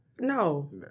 no